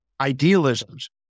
idealisms